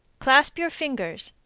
clasp your fingers,